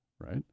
right